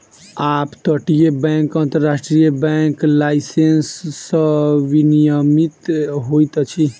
up तटीय bank अन्तर्राष्ट्रीय bank licence सॅ विनियमित होइत अछि